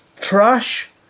trash